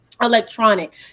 electronic